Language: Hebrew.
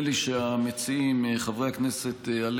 חבר הכנסת כסיף,